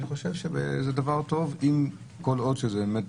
אני חושב שזה דבר טוב כל עוד שזה באמת